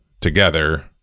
together